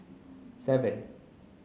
seven